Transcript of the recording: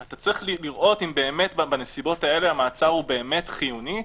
אתה צריך לראות אם בנסיבות האלה המעצר הוא באמת חיוני,